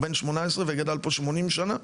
בין 18 וגדל פה 80 שנה,